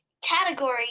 Category